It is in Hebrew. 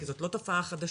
כי זאת לא תופעה חדשה,